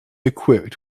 equipped